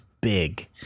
big